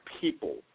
people